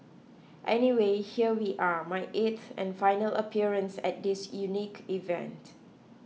anyway here we are my eighth and final appearance at this unique event